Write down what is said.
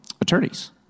attorneys